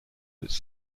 its